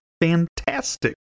fantastic